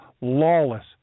lawless